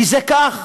כי זה כך,